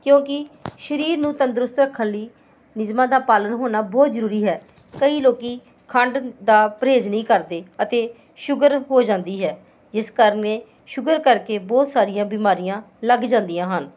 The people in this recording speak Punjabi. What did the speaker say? ਕਿਉਂਕਿ ਸ਼ਰੀਰ ਨੂੰ ਤੰਦਰੁਸਤ ਰੱਖਣ ਲਈ ਨਿਯਮਾਂ ਦਾ ਪਾਲਣ ਹੋਣਾ ਬਹੁਤ ਜ਼ਰੂਰੀ ਹੈ ਕਈ ਲੋਕ ਖੰਡ ਦਾ ਪ੍ਰਹੇਜ਼ ਨਹੀਂ ਕਰਦੇ ਅਤੇ ਸ਼ੂਗਰ ਹੋ ਜਾਂਦੀ ਹੈ ਜਿਸ ਕਾਰਨ ਸ਼ੂਗਰ ਕਰਕੇ ਬਹੁਤ ਸਾਰੀਆਂ ਬਿਮਾਰੀਆਂ ਲੱਗ ਜਾਂਦੀਆਂ ਹਨ